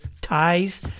Ties